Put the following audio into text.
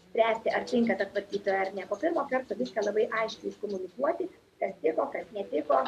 spręsti ar tinka ta tvarkytoja ar ne po pirmo karto viską labai aiškiai iškomunikuoti kas tiko kas netiko